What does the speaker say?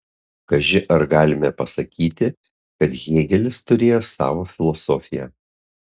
kaži ar galime pasakyti kad hėgelis turėjo savo filosofiją